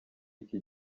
iki